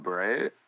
right